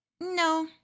No